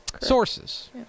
Sources